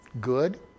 good